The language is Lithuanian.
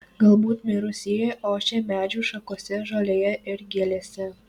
galbūt mirusieji ošia medžių šakose žolėje ir gėlėse